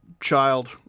child